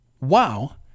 wow